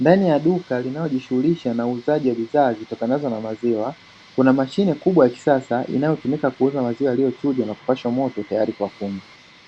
Ndani ya duka linalojishughulisha na uuzaji wa bidhaa zitokanazo na maziwa, Kuna mashine kubwa ya kisasa inayotumika kuuza maziwa yaliyochujwa na kupashwa moto tayari kwa kunywa,